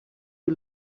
you